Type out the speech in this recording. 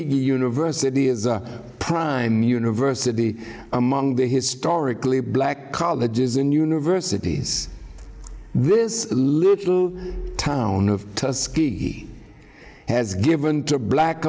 university as a prime university among the historically black colleges and universities this little town of tusky has given to black